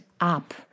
up